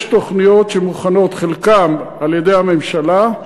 יש תוכניות שמוכנות, חלקן על-ידי הממשלה,